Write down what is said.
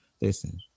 Listen